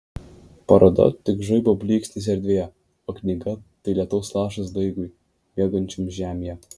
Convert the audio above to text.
paroda tik žaibo blyksnis erdvėje o knyga tai lietaus lašas daigui miegančiam žemėje